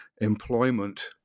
employment